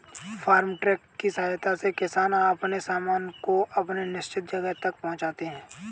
farm truck की सहायता से किसान अपने सामान को अपने निश्चित जगह तक पहुंचाते हैं